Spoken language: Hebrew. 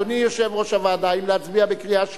אדוני יושב-ראש הוועדה, האם להצביע בקריאה שלישית?